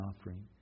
offering